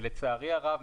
לצערי הרב,